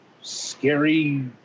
scary